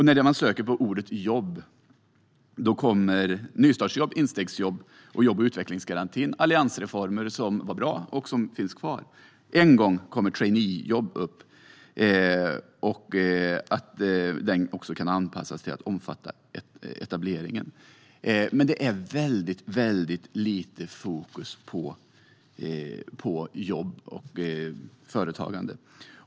När man söker på ordet "jobb" hittar man nystartsjobb, instegsjobb och jobb och utvecklingsgarantin - alliansreformer som var bra och som finns kvar. En gång nämns traineejobb och att de kan anpassas till att omfatta etableringen. Men det är väldigt lite fokus på jobb och företagande.